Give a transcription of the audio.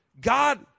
God